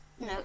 No